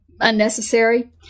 unnecessary